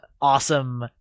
awesome